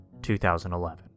2011